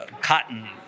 cotton